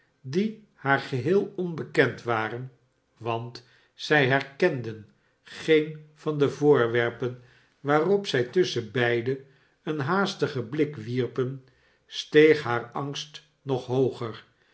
die haar geheel onbekend waren want zij herkenden geen van de voorwerpen waarop zij tusschenbeide een haastigen blik wierpen steeg haar angst nog hooger